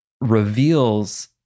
reveals